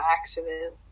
accident